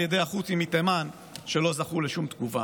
ידי החות'ים מתימן שלא זכו לשום תגובה.